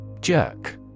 Jerk